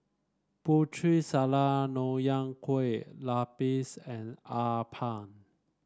Putri Salad Nonya Kueh Lapis and appam